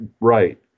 right